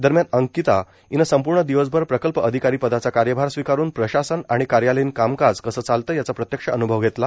दरम्यान अंकिता हिनं संपूर्ण दिवसभर प्रकल्प अधिकारी पदाचा कार्यभार स्वीकारून प्रशासन आणि कार्यालयीन कामकाज कसं चालतं याचा प्रत्यक्ष अनुभव घेतला